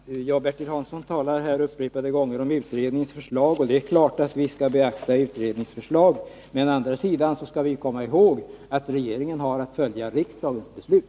Nr 12 Herr talman! Bertil Hansson talar här upprepade gånger om utredningens Tisdagen den förslag. Det är klart att vi skall beakta utredningens förslag, men å andra 27 oktober 1981 sidan skall vi komma ihåg att regeringen har att följa riksdagens beslut.